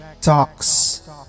Talks